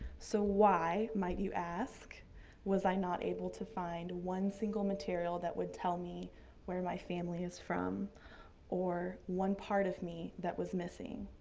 so why might you ask was i not able to find one single material that would tell me where my family is from or one part of me that was missing?